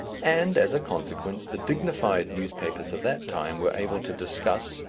and, as a consequence, the dignified newspapers of that time were able to discuss,